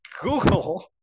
google